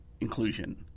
inclusion